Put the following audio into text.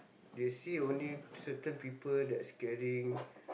they see only certain people that's carrying